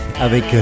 avec